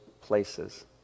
places